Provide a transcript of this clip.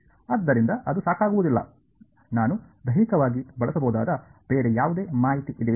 ಆದ್ದರಿಂದ ಅದು ಸಾಕಾಗುವುದಿಲ್ಲ ನಾನು ದೈಹಿಕವಾಗಿ ಬಳಸಬಹುದಾದ ಬೇರೆ ಯಾವುದೇ ಮಾಹಿತಿ ಇದೆಯೇ